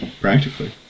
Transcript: Practically